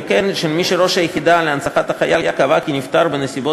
וכן של מי שראש היחידה להנצחת החייל קבע כי נפטר בנסיבות